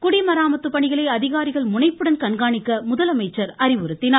குடிமராமத்து பணிகளை அதிகாரிகள் முனைப்புடன் கண்காணிக்க முதலமைச்சர் அறிவுறுத்தினார்